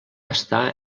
estar